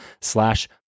slash